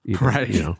Right